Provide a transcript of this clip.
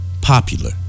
popular